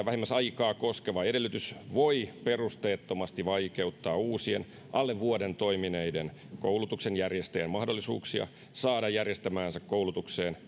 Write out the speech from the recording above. vähimmäisaikaa koskeva edellytys voi perusteettomasti vaikeuttaa uusien alle vuoden toimineiden koulutuksen järjestäjien mahdollisuuksia saada järjestämäänsä koulutukseen